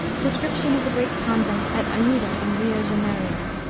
description of the great convent at ajuda in rio janerio.